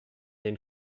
den